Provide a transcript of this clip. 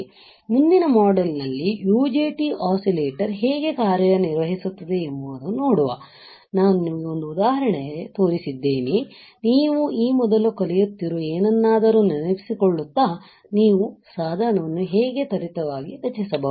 ಆದ್ದರಿಂದ ಮುಂದಿನ ಮಾಡ್ಯೂಲ್ ನಲ್ಲಿ UJT ಒಸ್ಸಿಲೇಟರ್ ಹೇಗೆ ಕಾರ್ಯನಿರ್ವಹಿಸುತ್ತದೆ ಎಂಬುದನ್ನು ನೋಡುವ ನಾನು ನಿಮಗೆ ಉದಾಹರಣೆಯಲ್ಲಿ ತೋರಿಸಿದ್ದೇನೆ ನೀವು ಈ ಮೊದಲು ಕಲಿಯುತ್ತಿರುವ ಏನನ್ನಾದರೂ ನೆನಪಿಸಿಕೊಳ್ಳುತ್ತಾ ನೀವು ಸಾಧನವನ್ನು ಹೇಗೆ ತ್ವರಿತವಾಗಿ ರಚಿಸಬಹುದು